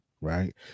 right